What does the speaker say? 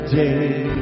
day